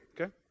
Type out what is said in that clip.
Okay